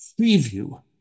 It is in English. preview